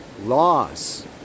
loss